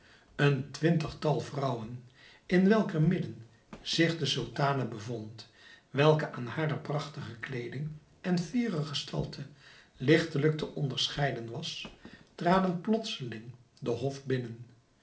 een twintigtal vrouwen in welker midden zich de sultane bevond welke aan hare prachtigste kleeding en fiere gestalte ligtelijk te onderscheiden was traden plotseling den hof binnen